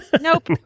Nope